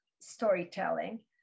storytelling